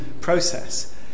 process